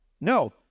No